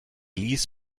ließ